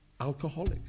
alcoholic